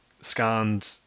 scanned